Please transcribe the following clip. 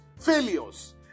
failures